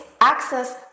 access